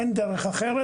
אין דרך אחרת.